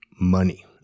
money